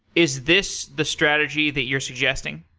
is this the strategy that you're suggesting?